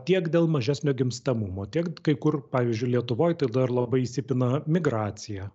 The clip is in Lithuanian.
tiek dėl mažesnio gimstamumo tiek kai kur pavyzdžiui lietuvoj tai dar labai įsipina migracija